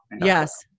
Yes